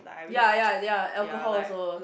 ya ya ya alcohol also